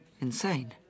Insane